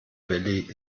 valley